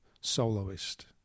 soloist